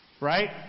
right